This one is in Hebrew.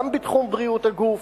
גם בתחום בריאות הגוף,